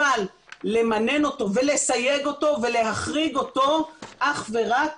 אבל למנן אותו ולסייג אותו ולהחריג אותו אך ורק